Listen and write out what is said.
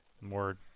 more